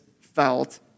felt